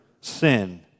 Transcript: sin